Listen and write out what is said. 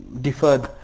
deferred